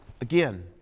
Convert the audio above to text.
again